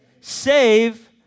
save